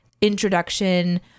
introduction